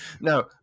No